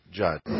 judge